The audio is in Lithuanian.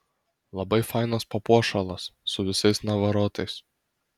labai fainas papuošalas su visais navarotais